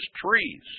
trees